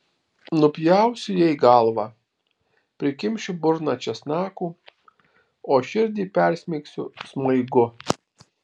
nupjausiu jai galvą prikimšiu burną česnakų o širdį persmeigsiu smaigu